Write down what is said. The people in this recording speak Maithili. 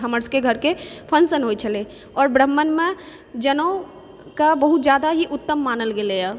हमर सबके घरकेँ फंक्शन होइ छलै आओर ब्राम्हणमे जनेउके बहुत जादा ही उत्तम मानल गेलै हँ